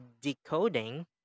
decoding